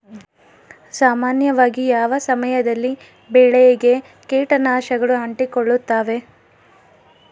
ಸಾಮಾನ್ಯವಾಗಿ ಯಾವ ಸಮಯದಲ್ಲಿ ಬೆಳೆಗೆ ಕೇಟನಾಶಕಗಳು ಅಂಟಿಕೊಳ್ಳುತ್ತವೆ?